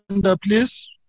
please